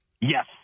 Yes